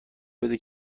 بده